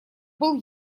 был